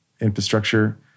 infrastructure